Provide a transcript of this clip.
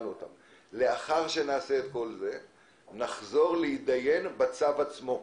לאחר שנעשה את כל זה נחזור להתדיין בצו עצמו.